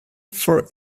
for